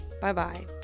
Bye-bye